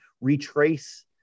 retrace